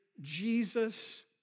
Jesus